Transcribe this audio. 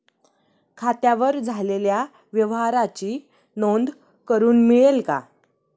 खात्यावर झालेल्या व्यवहाराची नोंद करून मिळेल का?